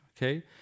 Okay